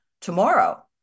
Tomorrow